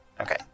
Okay